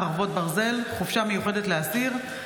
חרבות ברזל) (חופשה מיוחדת לאסיר),